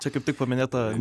čia kaip tik paminėta